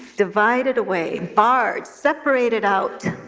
divided away, barred, separated out,